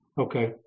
Okay